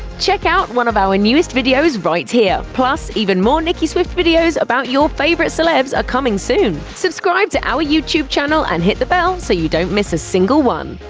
check out one of our newest videos right here! plus, even more nicki swift videos about your favorite celebs are coming soon. subscribe to our youtube channel, and hit the bell so you don't miss a single one.